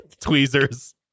Tweezers